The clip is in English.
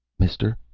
mister,